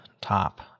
top